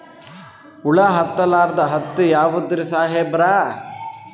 ಹುಳ ಹತ್ತಲಾರ್ದ ಹತ್ತಿ ಯಾವುದ್ರಿ ಸಾಹೇಬರ?